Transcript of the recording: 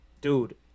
Dude